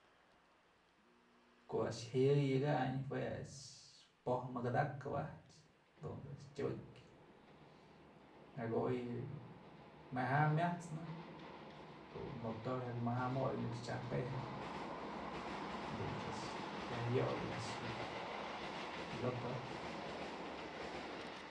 Ko'o a'ax jëyëkayn jue a'ax po'oj mëkëdakëp a'ax dut's a'ax tyubëkyë nakoyë myaja myat'snë du'u motor jyak maja'a moy nëkx chyajpëjnë jadut's a'ax yaj yoy yë a'ax ji'ib piloto a'ax.